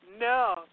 No